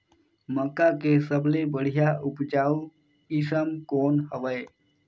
मक्का के सबले बढ़िया उपजाऊ किसम कौन हवय?